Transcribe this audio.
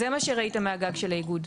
זה מה שראית מהגג של האיגוד.